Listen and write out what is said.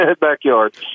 backyard